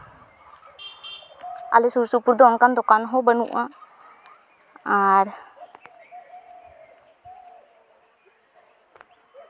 ᱟᱞᱮ ᱥᱩᱨ ᱥᱩᱯᱩᱨ ᱫᱚ ᱚᱱᱠᱟᱱ ᱫᱚᱠᱟᱱ ᱦᱚᱸ ᱵᱟᱹᱱᱩᱜᱼᱟ ᱟᱨ